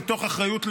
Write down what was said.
מתוך אחריות לאומית,